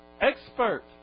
expert